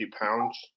pounds